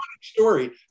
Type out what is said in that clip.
story